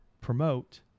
promote